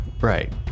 Right